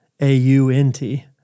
A-U-N-T